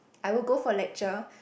I will go for lecture